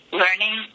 learning